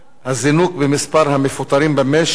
הזינוק במספר המפוטרים במשק,